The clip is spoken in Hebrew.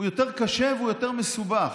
הוא יותר קשה והוא יותר מסובך.